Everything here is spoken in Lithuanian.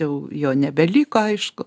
jau jo nebeliko aišku